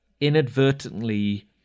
inadvertently